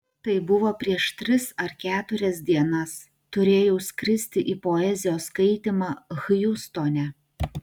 tai buvo prieš tris ar keturias dienas turėjau skristi į poezijos skaitymą hjustone